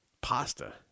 pasta